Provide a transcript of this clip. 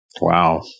Wow